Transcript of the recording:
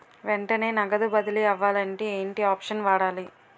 వెంటనే నగదు బదిలీ అవ్వాలంటే ఏంటి ఆప్షన్ వాడాలి?